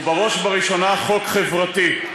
הוא בראש ובראשונה חוק חברתי,